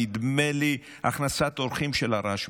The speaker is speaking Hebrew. נדמה לי הכנסת אורחים של הרשב"י,